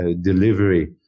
delivery